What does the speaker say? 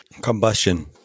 combustion